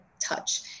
Touch